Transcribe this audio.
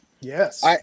Yes